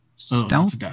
Stealth